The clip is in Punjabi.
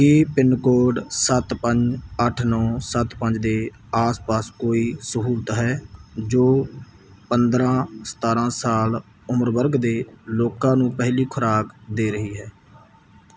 ਕੀ ਪਿੰਨਕੋਡ ਸੱਤ ਪੰਜ ਅੱਠ ਨੌ ਸੱਤ ਪੰਜ ਦੇ ਆਸ ਪਾਸ ਕੋਈ ਸਹੂਲਤ ਹੈ ਜੋ ਪੰਦਰਾਂ ਸਤਾਰਾਂ ਸਾਲ ਉਮਰ ਵਰਗ ਦੇ ਲੋਕਾਂ ਨੂੰ ਪਹਿਲੀ ਖੁਰਾਕ ਦੇ ਰਹੀ ਹੈ